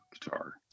guitar